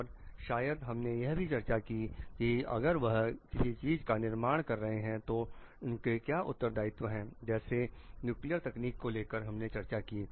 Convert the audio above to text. और शायद हमने यह भी चर्चा की की अगर वह किसी चीज का निर्माण कर रहे हैं तो उनके क्या उत्तरदायित्व हैं जैसे न्यूक्लियर तकनीक को लेकर हमने चर्चा की